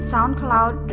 SoundCloud